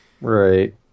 Right